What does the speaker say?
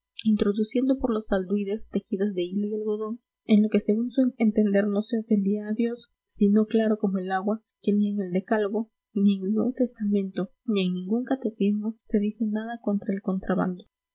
introduciendo por los alduides tejidos de hilo y algodón en lo que según su entender no se ofendía a dios siendo claro como el agua que ni en el decálogo ni en el nuevo testamento ni en ningún catecismo se dice nada contra el contrabando